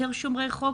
יותר שומרי חוק,